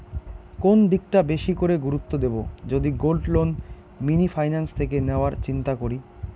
কোন দিকটা বেশি করে গুরুত্ব দেব যদি গোল্ড লোন মিনি ফাইন্যান্স থেকে নেওয়ার চিন্তা করি?